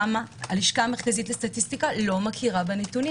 למה הלשכה המרכזית לסטטיסטיקה לא מכירה בנתונים?